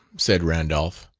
said randolph,